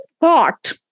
thought